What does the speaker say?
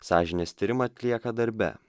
sąžinės tyrimą atlieka darbe